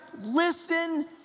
Listen